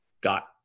got